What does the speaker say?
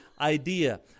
idea